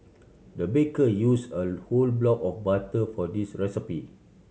the baker use a whole block of butter for this recipe